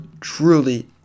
truly